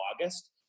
August